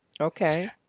Okay